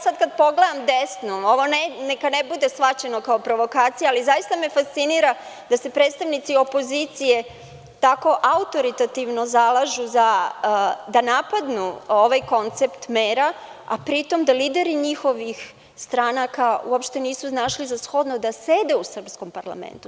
Sada kada pogledam desno, ovo neka ne bude shvaćeno kao provokacija, ali zaista me fascinira da se predstavnici opozicije tako autoritativno zalažu da napadnu ovaj koncept mera, a pri tome da lideri njihovih stranaka uopšte nisu našli za shodno da sede u srpskom parlamentu.